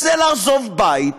זה לעזוב בית,